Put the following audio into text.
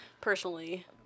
personally